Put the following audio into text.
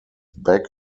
back